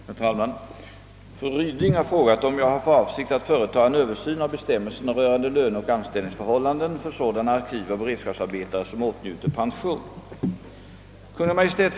Herr talman! Fru Ryding har frågat om jag har för avsikt att företa en översyn av bestämmelserna rörande löneoch anställningsförhållanden för sådana arkivoch beredskapsarbetare som åtnjuter pension.